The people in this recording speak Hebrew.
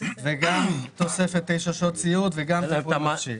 גם תוספת תשע שעות סיעוד וגם טיפול נפשי.